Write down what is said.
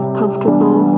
comfortable